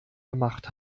gemacht